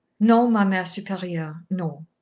non, ma mere superieure, non.